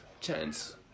chance